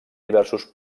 diversos